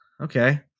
okay